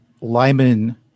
lyman